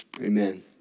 Amen